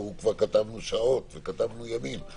בחוק ההוא כבר כתבנו שעות וכתבנו ימים,